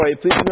please